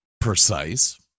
precise